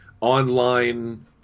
online